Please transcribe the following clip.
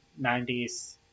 90s